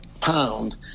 pound